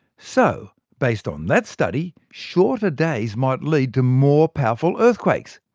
so, based on that study, shorter days might lead to more powerful earthquakes.